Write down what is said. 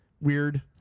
Weird